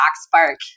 Spark